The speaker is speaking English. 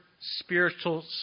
spiritual